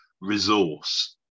resource